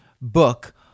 book